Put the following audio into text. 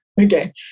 Okay